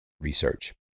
research